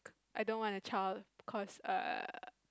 I don't want a child because uh